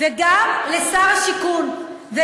וגם לשר השיכון.